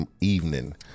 evening